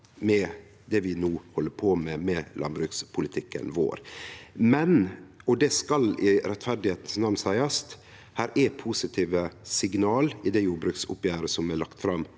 med det vi no held på med i landbrukspolitikken vår. Men – og det skal i rettferdas namn seiast – det er positive signal i jordbruksoppgjeret som er lagt fram